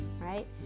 right